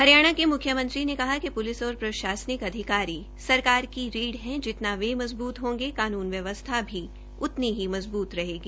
हरियाणा के मुख्यमंत्री ने कहा कि पुलिस और प्रशासनिक अधिकारी सरकार की रीढ़ है जितना वे मज़बूत होंगे कानून व्यवसथा भी उतनी ही मजबूत रहेगी